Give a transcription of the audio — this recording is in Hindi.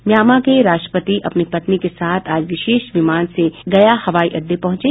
म्यांमा के राष्ट्रपति अपनी पत्नी के साथ आज विशेष विमान से गया हवाई अड्डा पहुंचे